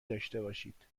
داشتهباشید